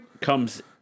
Comes